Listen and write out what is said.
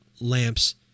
lamps